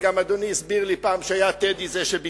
גם אדוני הסביר לי פעם שהיה זה טדי שביקש,